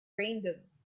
random